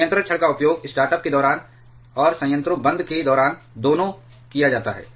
तो नियंत्रण छड़ का उपयोग स्टार्टअप के दौरान और संयंत्रों बंद के दौरान दोनों किया जाता है